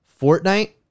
Fortnite